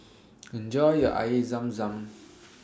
Enjoy your Air Zam Zam